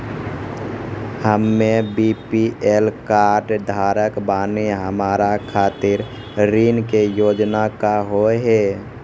हम्मे BPL card धारक बानि हमारा खातिर ऋण के योजना का होव हेय?